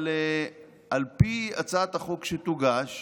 אבל על פי הצעת החוק שתוגש,